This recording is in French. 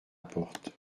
porte